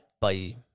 Bye